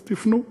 אז תפנו.